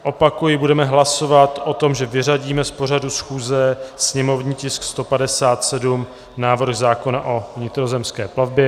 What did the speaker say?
Opakuji, budeme hlasovat o tom, že vyřadíme z pořadu schůze sněmovní tisk 157 návrh zákona o vnitrozemské plavbě.